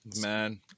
Man